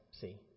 see